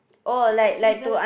it's actually just